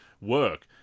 work